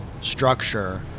structure